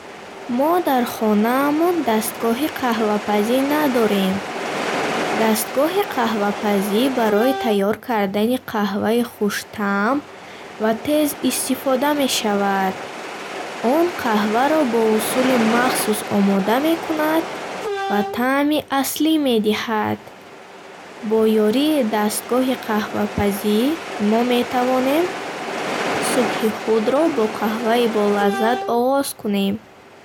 Мо дар хонаамон дастгоҳи қахвапазӣ надорем. Дастгоҳи қаҳвапазӣ барои тайёр кардани қаҳваи хуштамъ ва тез истифода мешавад. Он қаҳваро бо усули махсус омода мекунад ва таъми аслӣ медиҳад. Бо ёрии дастгоҳи қаҳвапазӣ мо метавонем субҳи худро бо қаҳваи болаззат оғоз кунем.